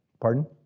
Pardon